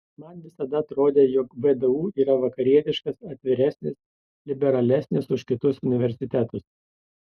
man visada atrodė jog vdu yra vakarietiškas atviresnis liberalesnis už kitus universitetus